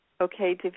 okay